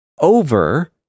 over